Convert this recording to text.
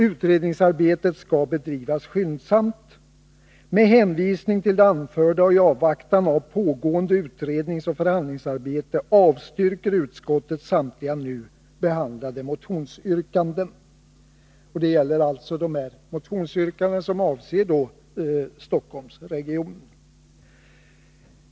Utredningsoch förhandlingsarbetet skall bedrivas skyndsamt. Med hänvisning till det anförda och i avvaktan på resultatet av pågående utredningsoch förhandlingsarbete avstyrker utskottet samtliga nu behandlade motionsyrkanden.” Det gäller alltså de motionsyrkanden som avser Storstockholmsregionen.